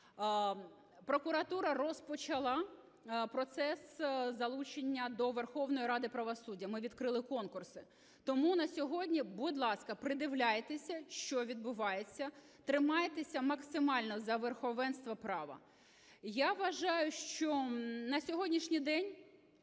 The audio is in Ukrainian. Прокуратура розпочала процес залучення до Верховної Ради правосуддя. Ми відкрили конкурси. Тому на сьогодні, будь ласка, придивляйтеся, що відбувається, тримайтеся максимально за верховенство права. Я вважаю, що на сьогоднішній день...